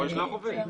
הוא יכול לשלוח עובד.